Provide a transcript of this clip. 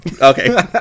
okay